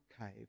cave